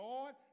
Lord